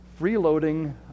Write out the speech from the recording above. freeloading